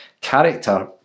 character